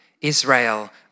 Israel